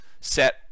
set